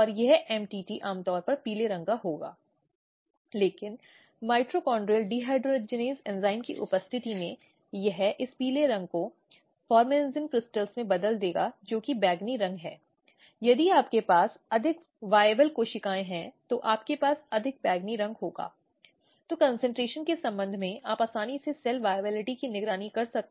और इसलिए कई स्थितियों में बढ़े हुए प्रयास किए जाते हैं जो इसलिए किए जाते हैं ताकि लड़की अपराध करने वाले से शादी कर सके